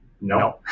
no